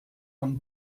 von